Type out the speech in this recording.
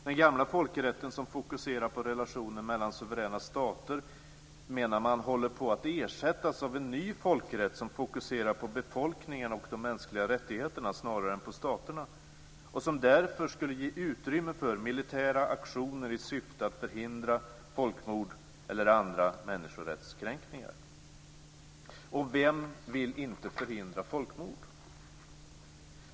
Den gamla folkrätten, som fokuserar relationen mellan suveräna stater, menar man, håller på att ersättas av en ny folkrätt som fokuserar befolkningarna och de mänskliga rättigheterna snarare än staterna och som därför skulle ge utrymme för militära aktioner i syfte att förhindra folkmord eller andra människorättskränkningar. Och vem vill inte förhindra folkmord?